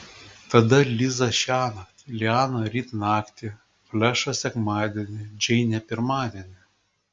tada liza šiąnakt liana ryt naktį flešas sekmadienį džeinė pirmadienį